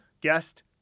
guest